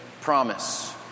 promise